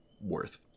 worth